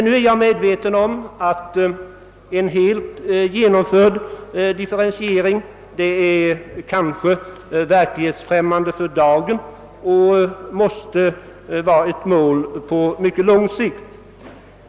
Jag är medveten om att en helt genomförd differentiering för dagen: är något verklighetsfrämmande — det måste vara ett mål på mycket lång sikt.